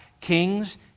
kings